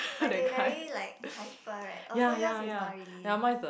but they very like hyper right oh so yours is not really